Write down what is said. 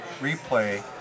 replay